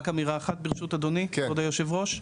רק אמירה אחת ברשות אדוני, כבוד יושב הראש.